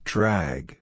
Drag